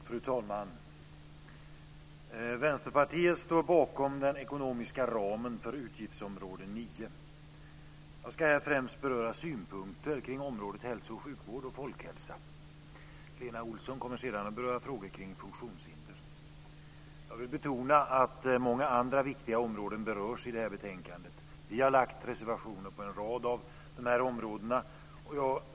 Fru talman! Vänsterpartiet står bakom den ekonomiska ramen för utgiftsområde 9. Jag ska här främst beröra synpunkter kring området hälso och sjukvård och folkhälsa. Lena Olsson kommer sedan att beröra frågor kring funktionshinder. Jag vill betona att många andra viktiga områden berörs i detta betänkande, och att vi har gjort reservationer på en rad av dessa områden.